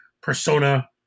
persona